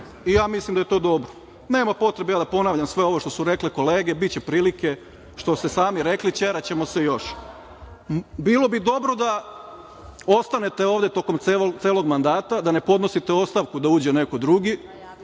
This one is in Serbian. i ja mislim da je to dobro. Nema potrebe ja da ponavljam sve ovo što su rekle kolege, biće prilike, što ste sami rekli – ćeraćemo se još. Bilo bi dobro da ostanete ovde tokom celog mandata, da ne podnosite ostavku da uđe neko drugi,